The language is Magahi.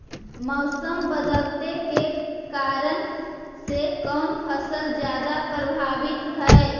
मोसम बदलते के कारन से कोन फसल ज्यादा प्रभाबीत हय?